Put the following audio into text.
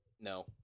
No